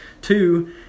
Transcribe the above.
two